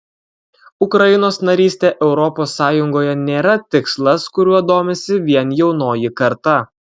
ukrainos narystė europos sąjungoje nėra tikslas kuriuo domisi vien jaunoji karta